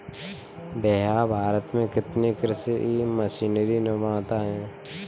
भैया भारत में कितने कृषि मशीनरी निर्माता है?